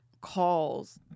calls